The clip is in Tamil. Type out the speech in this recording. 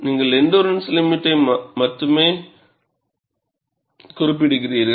நீங்கள் எண்டுறன்ஸ் லிமிட்டை மட்டுமே குறிப்பிடுகிறீர்கள்